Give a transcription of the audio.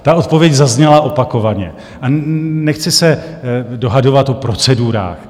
Ta odpověď zazněla opakovaně a nechci se dohadovat o procedurách.